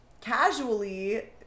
casually